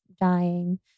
dying